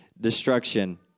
destruction